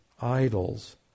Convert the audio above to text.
idols